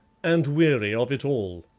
and weary of it all.